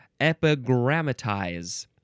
epigrammatize